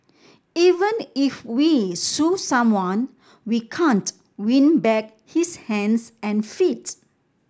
even if we sue someone we can't win back his hands and feet